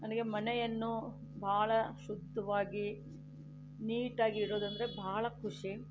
ನನಗೆ ಮನೆಯನ್ನು ಬಹಳ ಶುದ್ಧವಾಗಿ ನೀಟಾಗಿ ಇಡೋದೆಂದರೆ ಬಹಳ ಖುಷಿ